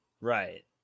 right